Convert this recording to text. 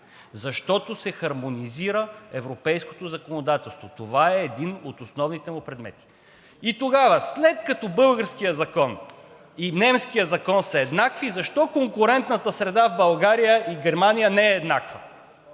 защото се хармонизира европейското законодателство. Това е един от основните му предмети. И тогава, след като българският закон и немският закон са еднакви, защо конкурентната среда в България и Германия не е еднаква?